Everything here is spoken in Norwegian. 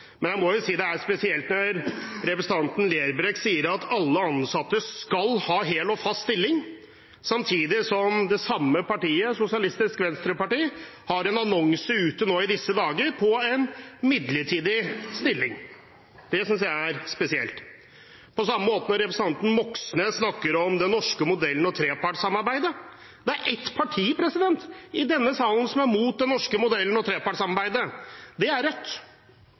Det er spesielt når representanten Lerbrekk sier at alle ansatte skal ha hel og fast stilling, samtidig som det samme partiet, Sosialistisk Venstreparti, har en annonse ute i disse dager om en midlertidig stilling. Det synes jeg er spesielt. På samme måte er det når representanten Moxnes snakker om den norske modellen og trepartssamarbeidet. Det er ett parti i denne salen som er imot den norske modellen og trepartssamarbeidet: Rødt. Rødt ønsker som kjent en topartsmodell, og da synes jeg det er